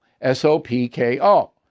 S-O-P-K-O